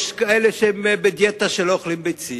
יש כאלה שהם בדיאטה ולא אוכלים ביצים,